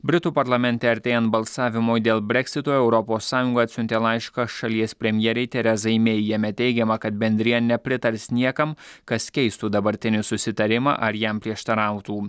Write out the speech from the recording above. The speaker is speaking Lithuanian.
britų parlamente artėjant balsavimui dėl breksito europos sąjunga atsiuntė laišką šalies premjerei terezai mei jame teigiama kad bendrija nepritars niekam kas keistų dabartinį susitarimą ar jam prieštarautų